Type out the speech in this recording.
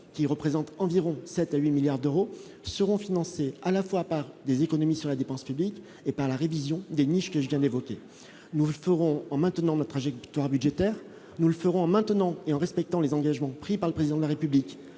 qui représentent environ 7 à 8 milliards d'euros seront financés à la fois par des économies sur la dépense publique et par la révision des niches que je viens d'évoquer nous referons en maintenant notre trajectoire budgétaire, nous le ferons maintenant et en respectant les engagements pris par le président de la République